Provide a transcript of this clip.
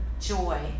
joy